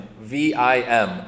V-I-M